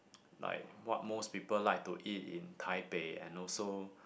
like what most people like to eat in Taipei and also